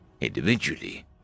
Individually